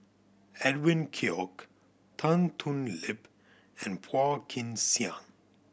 Edwin Koek Tan Thoon Lip and Phua Kin Siang